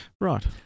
Right